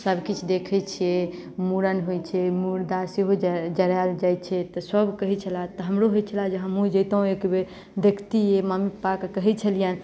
सभकिछु देखैत छियै मूड़न होइत छै मुर्दा सेहो जड़ायल जाइत छै तऽ सभ कहैत छले तऽ हमरो होइत छले जे हमहूँ जैतहुँ एक बेर देखतियै मम्मी पापाकेँ कहैत छलियनि